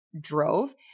drove